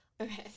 Okay